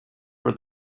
for